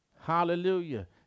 Hallelujah